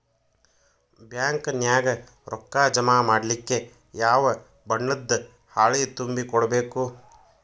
Bank ನ್ಯಾಗ ರೊಕ್ಕಾ ಜಮಾ ಮಾಡ್ಲಿಕ್ಕೆ ಯಾವ ಬಣ್ಣದ್ದ ಹಾಳಿ ತುಂಬಿ ಕೊಡ್ಬೇಕು?